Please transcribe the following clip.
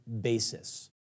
basis